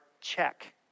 check